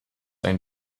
ein